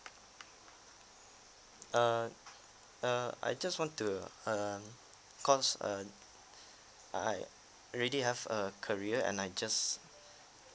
err err I just want to um cause err I already have a career and I just